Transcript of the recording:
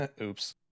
Oops